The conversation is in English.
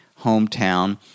hometown